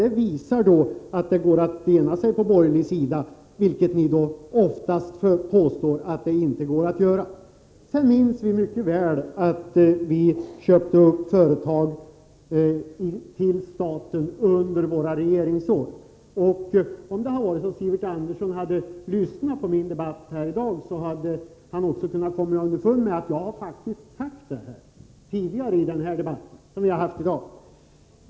Det visar nämligen att man kan ena sig på den borgerliga sidan, vilket ni ofta påstår att man inte kan. Vi minns mycket väl att vi köpte upp företag till staten under våra regeringsår. Om Sivert Andersson hade lyssnat på vad jag sade, skulle han ha kommit underfund med att jag faktiskt har sagt detta tidigare i dagens debatt.